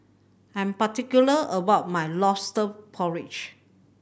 I'm particular about my Lobster Porridge